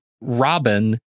Robin